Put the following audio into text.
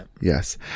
yes